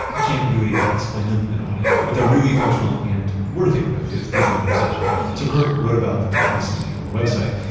i can't really explain them in the audio, but they're really functional and worthy of his design obsession. so, kurt wrote about them recently, on the website,